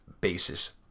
basis